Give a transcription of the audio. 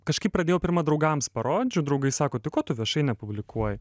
kažkaip pradėjau pirma draugams parodžiau draugai sako tai ko tu viešai nepublikuoji